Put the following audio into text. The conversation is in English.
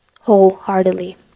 Wholeheartedly